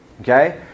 Okay